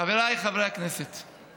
חבריי חברי הכנסת,